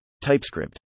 TypeScript